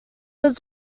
was